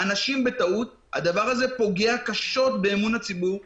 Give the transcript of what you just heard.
לא בכדי פרופסור סדצקי לא מזכירה את המילה האסורה "המגן".